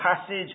passage